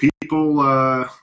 people –